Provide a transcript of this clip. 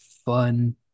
fun